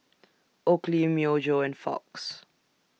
Oakley Myojo and Fox